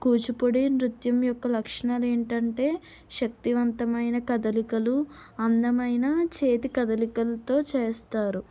కూచిపూడి నృత్యం యొక్క లక్షణాలు ఏంటంటే శక్తివంతమైన కదలికలు అందమైన చేతి కదలికలతో చేస్తారు